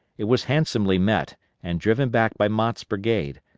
it was handsomely met and driven back by mott's brigade,